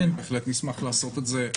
אנחנו בהחלט נשמח לעשות את זה.